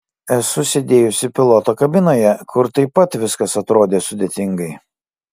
esu sėdėjusi piloto kabinoje kur taip pat viskas atrodė sudėtingai